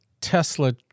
Tesla